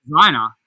designer